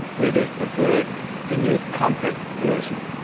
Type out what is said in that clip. readers preferred the new, compact version.